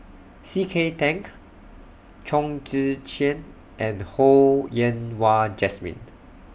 C K Tang Chong Tze Chien and Ho Yen Wah Jesmine